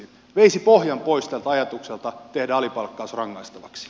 se veisi pohjan pois tältä ajatukselta tehdä alipalkkaus rangaistavaksi